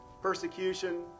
persecution